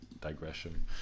digression